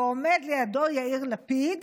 ועומד לידו יאיר לפיד